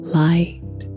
light